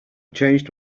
changed